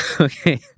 Okay